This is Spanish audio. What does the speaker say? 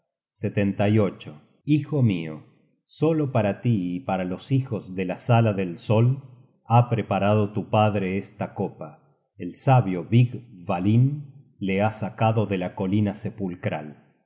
sino muy tarde hijo mio solo para tí y para los hijos de la sala del sol ha preparado tu padre esta copa el sabio vig dvalin la ha sacado de la colina sepulcral